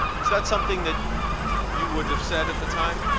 is that something that you would've said at the time?